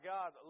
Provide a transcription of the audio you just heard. God